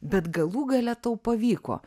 bet galų gale tau pavyko